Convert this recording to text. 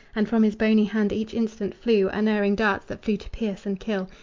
and from his bony hand each instant flew unerring darts that flew to pierce and kill,